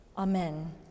Amen